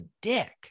dick